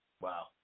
wow